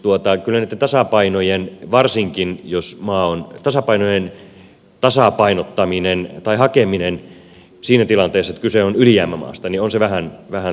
mutta kyllä tasapainojen varsinkin jos maa on tämän tasapainon hakeminen siinä tilanteessa että kyse on ylijäämämaasta on vähän vaikeata